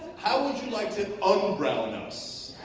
how would you like to um unbrown us?